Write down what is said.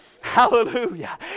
Hallelujah